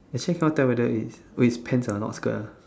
actually cannot tell whether it's with pants or not skirt ah